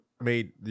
made